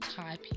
type